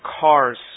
cars